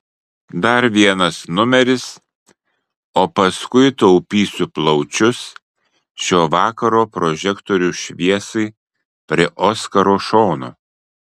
dar vienas numeris o paskui taupysiu plaučius šio vakaro prožektorių šviesai prie oskaro šono